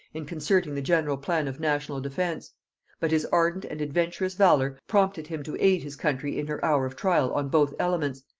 in concerting the general plan of national defence but his ardent and adventurous valor prompted him to aid his country in her hour of trial on both elements,